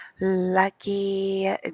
lucky